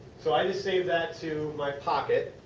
so, i just save that to my pocket.